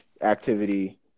activity